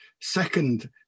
second